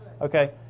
Okay